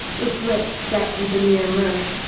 with lips set in demure mirth.